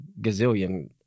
gazillion